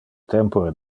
tempore